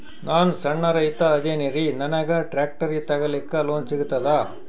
ನಾನ್ ಸಣ್ ರೈತ ಅದೇನೀರಿ ನನಗ ಟ್ಟ್ರ್ಯಾಕ್ಟರಿ ತಗಲಿಕ ಲೋನ್ ಸಿಗತದ?